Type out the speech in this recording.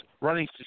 running